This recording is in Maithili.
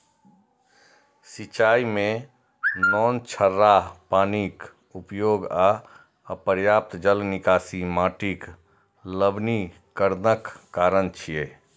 सिंचाइ मे नोनछराह पानिक उपयोग आ अपर्याप्त जल निकासी माटिक लवणीकरणक कारण छियै